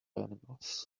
animals